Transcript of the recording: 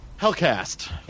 Hellcast